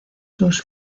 sus